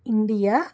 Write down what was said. India